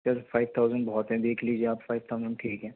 سر five thousand بہت ہے دیکھ لیجئے آپ فائیو تھاوزنڈ ٹھیک ہے